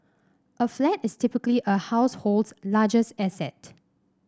a flat is typically a household's largest asset